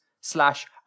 Slash